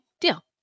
deal